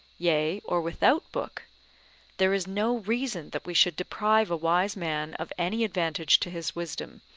yea or without book there is no reason that we should deprive a wise man of any advantage to his wisdom,